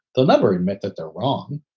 they'll never admit that they're wrong.